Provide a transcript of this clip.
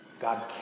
God